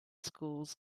schools